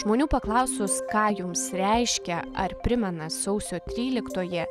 žmonių paklausus ką jums reiškia ar primena sausio tryliktoji